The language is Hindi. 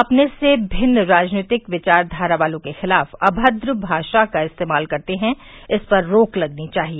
अपने से मिन्न राजनीतिक विचारधारा वालों के खिलाफ अभद्र भाषा का इस्तेमाल करते है इस पर रोक लगानी चाहिए